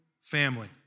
family